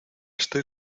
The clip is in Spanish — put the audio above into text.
estoy